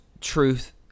truth